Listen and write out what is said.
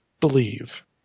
believe